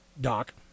doc